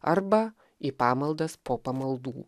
arba į pamaldas po pamaldų